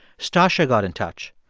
stacya got in touch.